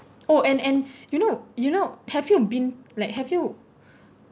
oh and and you know you know have you been like have you